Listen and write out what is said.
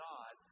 God